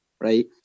right